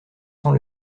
sans